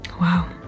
Wow